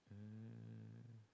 um